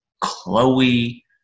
Chloe